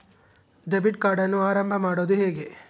Debit ಕಾರ್ಡನ್ನು ಆರಂಭ ಮಾಡೋದು ಹೇಗೆ?